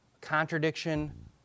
contradiction